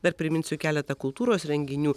dar priminsiu keletą kultūros renginių